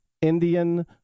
Indian